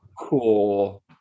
cool